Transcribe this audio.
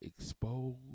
expose